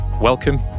welcome